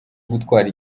gutwara